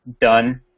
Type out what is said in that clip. done